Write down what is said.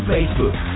Facebook